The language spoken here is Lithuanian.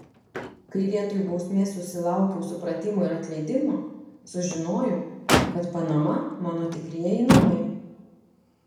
kai vietoj bausmės susilaukiau supratimo ir atleidimo sužinojau kad panama mano tikrieji namai